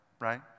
right